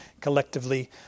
collectively